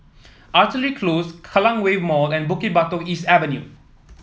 Artillery Close Kallang Wave Mall and Bukit Batok East Avenue